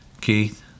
keith